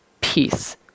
peace